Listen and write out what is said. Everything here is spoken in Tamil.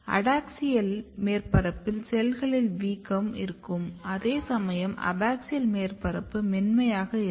அடாக்ஸியல் மேற்பரப்பில் செல்களில் வீக்கம் இருக்கும் அதேசமயம் அபாக்சியல் மேற்பரப்பு மென்மையாக இருக்கும்